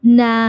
na